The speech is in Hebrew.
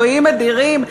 אלוהים אדירים,